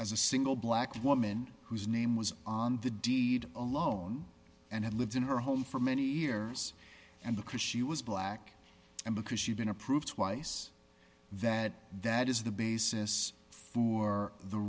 as a single black woman whose name was on the deed alone and had lived in her home for many years and the chris she was black and because she'd been approved twice that that is the basis for the